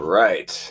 right